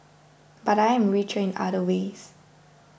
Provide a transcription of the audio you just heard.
but I am richer in other ways